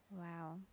wow